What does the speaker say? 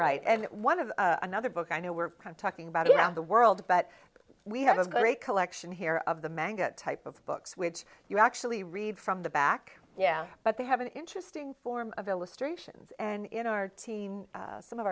write and one of another book i know we're talking about it around the world but we have a great collection here of the manga type of books which you actually read from the back yeah but they have an interesting form of illustrations and in our teen some of